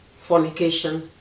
fornication